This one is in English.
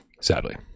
sadly